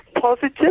positive